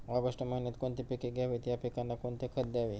August महिन्यात कोणती पिके घ्यावीत? या पिकांना कोणते खत द्यावे?